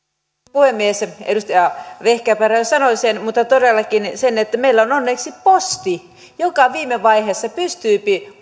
puhemies edustaja vehkaperä sanoi sen mutta todellakin meillä on onneksi posti joka viime vaiheessa pystyy